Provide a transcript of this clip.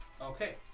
okay